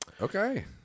Okay